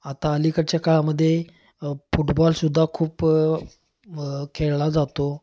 आता अलीकडच्या काळामध्ये फुटबॉलसुद्धा खूप खेळला जातो